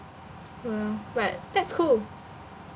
mm but that's cool